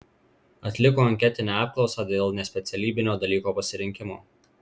atliko anketinę apklausą dėl nespecialybinio dalyko pasirinkimo